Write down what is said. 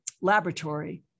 laboratory